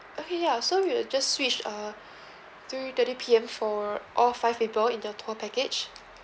okay ya so we'll just switch uh two-thirty P_M for all five people in the tour package